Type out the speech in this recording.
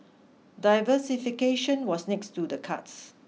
diversification was next to the cards